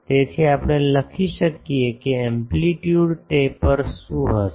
તેથી આપણે લખી શકીએ કે એમ્પલીટ્યુડ ટેપર શું હશે